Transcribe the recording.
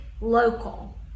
local